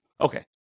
Okay